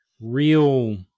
real